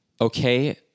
Okay